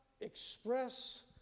express